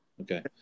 Okay